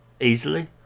Easily